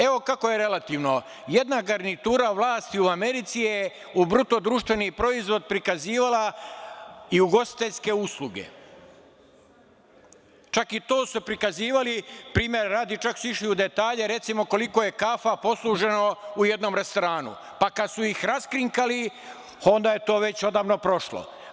Evo kako je relativno, jedna garnitura vlasti u Americi je u BDP prikazivala i ugostiteljske usluge, čak i to su prikazivali, išli su u detalje, recimo koliko je kafa posluženo u jednom restoranu, pa kada su ih raskrinkali, onda je to već odavno prošlo.